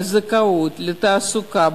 בזכאות לתעסוקה,